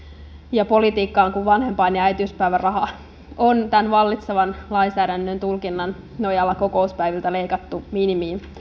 ja politiikkaan kun vanhempainraha ja äitiyspäiväraha on tämän vallitsevan lainsäädännön tulkinnan nojalla kokouspäiviltä leikattu minimiin